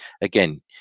again